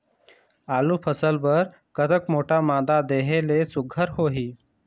आलू फसल बर कतक मोटा मादा देहे ले सुघ्घर होही?